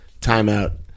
timeout